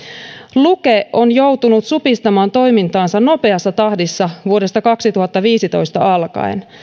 luke on joutunut supistamaan toimintaansa nopeassa tahdissa vuodesta kaksituhattaviisitoista alkaen